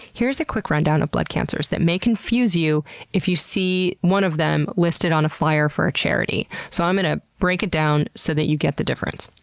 here's a quick rundown of blood cancers that may confuse you if you see one of them listed on a flyer for a charity. so i'm gonna break it down so that you get the difference.